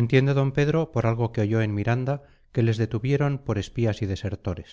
entiende d pedro por algo que oyó en miranda que les detuvieron por espías y desertores